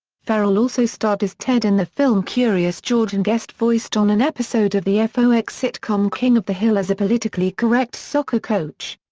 ferrell also starred as ted in the film curious george and guest voiced on an episode of the fox sitcom king of the hill as a politically correct soccer coach.